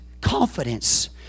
confidence